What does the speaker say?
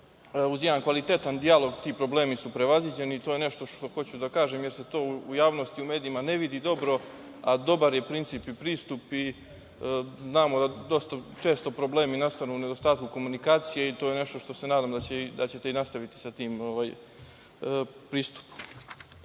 uz jedan kvalitetan dijalog, ti problemi su prevaziđeni. To je nešto što hoću da kažem, jer se to u javnosti i u medijima ne vidi dobro, a dobar je princip i pristup. Znamo da dosta često problemi nastanu u nedostatku komunikacije i zato se nadam da ćete nastaviti sa takvim pristupom. Kada